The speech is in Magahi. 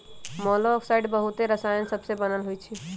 मोलॉक्साइड्स बहुते रसायन सबसे बनल होइ छइ